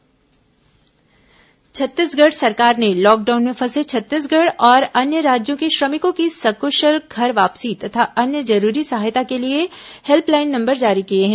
corona श्रमिक helpline Chhattisgarh सरकार ने लॉकडाउन में फंसे छत्तीसगढ़ और अन्य राज्यों के श्रमिकों की सक्शल घर वापसी तथा अन्य जरूरी सहायता के लिए हेल्पलाइन नंबर जारी किए हैं